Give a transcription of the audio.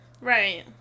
Right